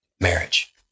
marriage